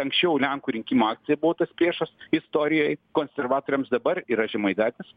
anksčiau lenkų rinkimų akcija buvo tas priešas istorijoj konservatoriams dabar yra žemaitaitis